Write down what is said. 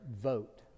vote